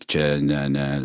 čia ne ne